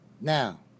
Now